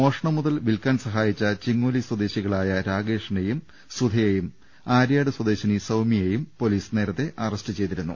മോഷണ മുതൽ വിൽക്കാൻ സഹാ യിച്ച ചിങ്ങോലി സ്വദേശികളായ രാഗേഷിനേയും സുധ യേയും ആര്യാട് സ്വദേശിനി സൌമ്യയേയും പൊലീസ് നേരത്തെ അറസ്റ്റ് ചെയ്തിരുന്നു